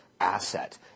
asset